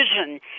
vision